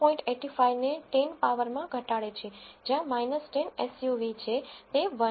85 ને 10 પાવરમાં ઘટાડે છે જ્યાં 10 એસયુવી છે તે 1 છે